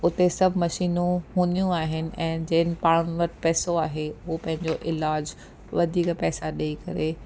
उते सभु मशीनू हूंदियूं आहिनि ऐं जिन पाणनि वटि पैसो आहे उहे पंहिंजो इलाजु वधीक पैसा ॾेई करे